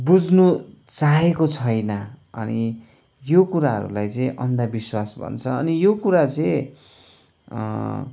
बुझ्नु चाहेको छैन अनि यो कुराहरूलाई चाहिँ अन्धविश्वास भन्छ अनि यो कुरा चाहिँ